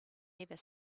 never